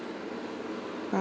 bye